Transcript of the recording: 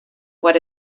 what